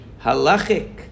halachic